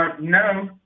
no